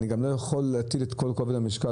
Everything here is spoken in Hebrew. אני גם לא יכול להטיל את כל כובד המשקל